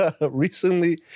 recently